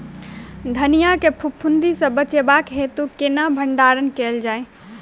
धनिया केँ फफूंदी सऽ बचेबाक हेतु केना भण्डारण कैल जाए?